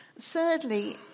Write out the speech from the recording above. Thirdly